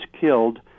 killed